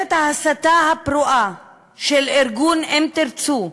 מתקפת ההסתה הפרועה של ארגון "אם תרצו"